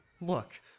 Look